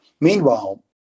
Meanwhile